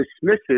dismisses